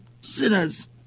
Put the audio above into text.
sinners